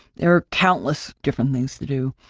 there are countless different things to do.